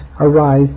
arise